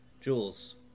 Jules